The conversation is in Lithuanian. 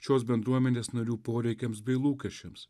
šios bendruomenės narių poreikiams bei lūkesčiams